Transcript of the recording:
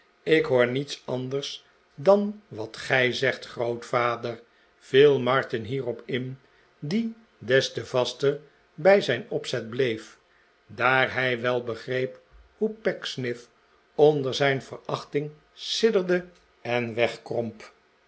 ik hoor niets anders dan wat gij zegt grootvader viel martin hierop in die des te vaster bij zijn opzet bleef daar hij wel begreep hoe pecksniff onder zijn verachting sidderde en wegkromp